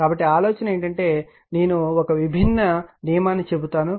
కాబట్టి ఆలోచన ఏమిటంటే నేను ఒక విభిన్న నియమాన్ని చెబుతాను